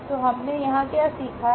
तो हमने यहाँ क्या सीखा है